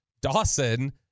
Dawson